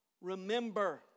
remember